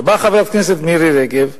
באה חברת הכנסת מירי רגב,